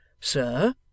Sir